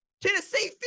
Tennessee